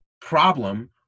problem